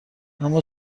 اما